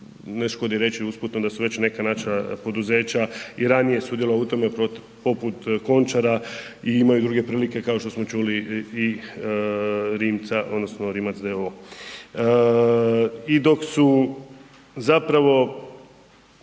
ne škodi reći usputno da su već neka naša poduzeća i ranije sudjelovala u tome, poput Končara i imaju druge prilike kao što smo čuli i Rimca odnosno Rimac d.o.o. I dok su zapravo,